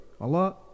Allah